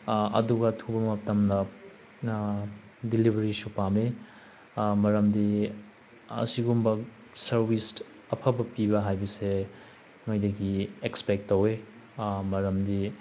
ꯑꯗꯨꯒ ꯑꯊꯨꯕ ꯃꯇꯝꯗ ꯗꯤꯂꯤꯕꯔꯤꯁꯨ ꯄꯥꯝꯃꯦ ꯃꯔꯝꯗꯤ ꯑꯁꯤꯒꯨꯝꯕ ꯁꯥꯔꯋꯤꯁ ꯑꯐꯕ ꯄꯤꯕ ꯍꯥꯏꯕꯁꯦ ꯅꯣꯏꯗꯒꯤ ꯑꯦꯛꯁꯄꯦꯛ ꯇꯧꯏ ꯃꯔꯝꯗꯤ